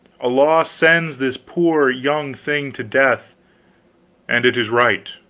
a law sends this poor young thing to death and it is right.